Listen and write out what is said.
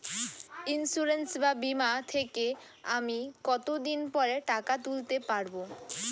Insurance বা বিমা থেকে আমি কত দিন পরে টাকা তুলতে পারব?